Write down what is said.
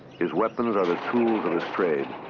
his weapons are the tools of his trade,